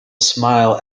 smile